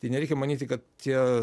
tai nereikia manyti kad tie